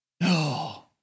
No